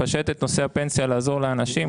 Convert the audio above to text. לפשט את נושא הפנסיה ולעזור לאנשים.